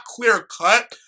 clear-cut